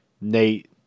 Nate